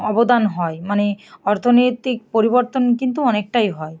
অবদান হয় মানে অর্থনৈতিক পরিবর্তন কিন্তু অনেকটাই হয়